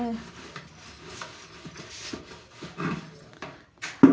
जलवायु एक विशिष्ट क्षेत्र का मौसम है जो लंबी अवधि में औसत होता है